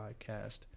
podcast